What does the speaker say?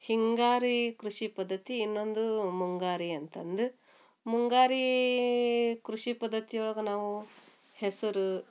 ಹಿಂಗಾರಿ ಕೃಷಿ ಪದ್ಧತಿ ಇನ್ನೊಂದು ಮುಂಗಾರಿ ಅಂತಂದು ಮುಂಗಾರಿ ಕೃಷಿ ಪದ್ಧತಿ ಒಳಗೆ ನಾವು ಹೆಸರು